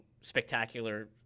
spectacular